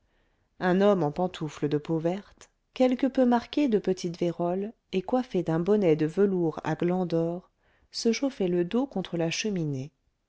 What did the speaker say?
un homme en pantoufles de peau verte quelque peu marqué de petite vérole et coiffé d'un bonnet de velours à gland d'or se chauffait le dos contre la cheminée